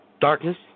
darkness